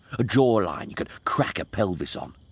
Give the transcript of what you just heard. a jawline you could crack a pelvis on.